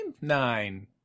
Nine